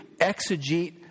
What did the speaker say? exegete